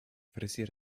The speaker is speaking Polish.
fryzjer